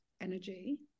energy